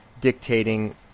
dictating